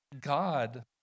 God